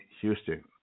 Houston